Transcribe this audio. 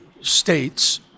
states